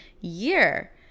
year